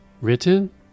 written